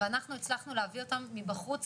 ואנחנו הצלחנו להביא אותם מבחוץ